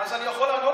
אז אני יכול לענות לך?